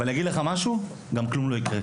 ואגיד לך משהו - גם כלום לא יקרה.